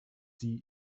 sie